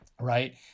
right